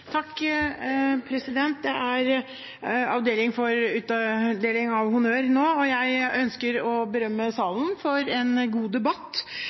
er i avdeling for utdeling av honnør nå, og jeg ønsker å berømme salen for en god debatt